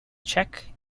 czech